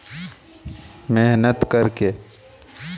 हम बैंक का ऋण कैसे चुका सकते हैं?